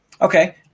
Okay